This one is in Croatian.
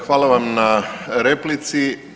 Hvala vam na replici.